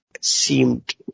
seemed